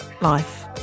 Life